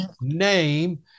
name